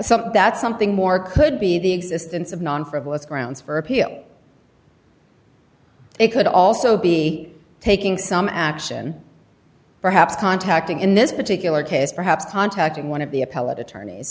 something that's something more could be the existence of non frivolous grounds for appeal it could also be taking some action perhaps contacting in this particular case perhaps contacting want to be appellate attorneys